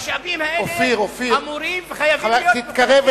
המשאבים האלה אמורים וחייבים להיות מחולקים